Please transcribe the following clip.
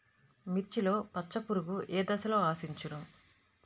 మిర్చిలో పచ్చ పురుగు ఏ దశలో ఆశించును?